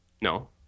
No